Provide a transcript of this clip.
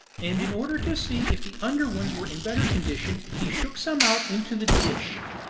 and in order to see if the under ones were in better condition he shook some out into the dish.